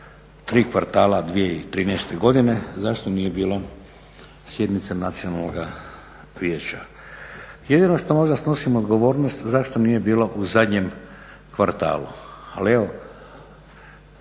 tri kvartala 2013. godine, zašto nije bilo sjednice Nacionalnoga vijeća. Jedino što možda snosim odgovornost zašto nije bilo u zadnjem kvartalu.